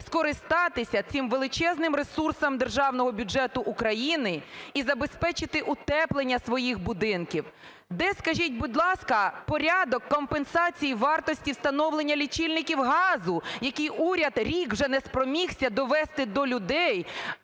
скористатися цим величезним ресурсом Державного бюджету України і забезпечити утеплення своїх будинків. Де, скажіть, будь ласка, порядок компенсації вартості встановлення лічильників газу, який уряд рік вже не спромігся довести до людей